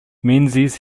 menzies